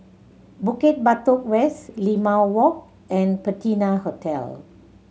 Bukit Batok West Limau Walk and Patina Hotel